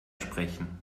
sprechen